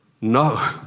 No